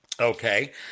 Okay